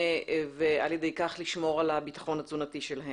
ועל ידי כך לשמור על הביטחון התזונתי שלהם.